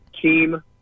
team